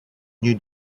new